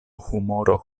humoro